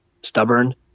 stubborn